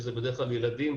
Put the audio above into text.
שזה בדרך כלל ילדים,